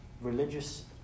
religious